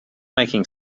making